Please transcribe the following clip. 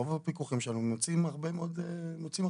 רוב הפיקוחים שלנו מוצאים הרבה מאוד ליקויים,